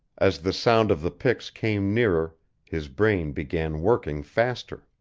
as the sound of the picks came nearer his brain began working faster.